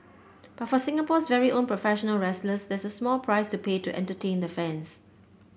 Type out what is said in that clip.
but for Singapore's very own professional wrestlers that's a small price to pay to entertain the fans